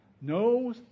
No